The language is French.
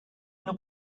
nous